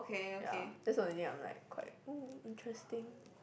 ya that's the only thing I'm like quite oh interesting